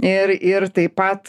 ir ir taip pat